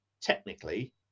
technically